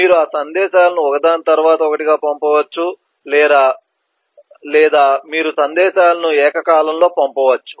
మీరు ఆ సందేశాలను ఒకదాని తరువాత ఒకటిగా పంపవచ్చు లేదా మీరు సందేశాలను ఏకకాలంలో పంపవచ్చు